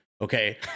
Okay